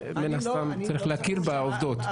אבל צריך להכיר בעובדות.